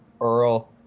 Earl